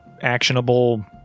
actionable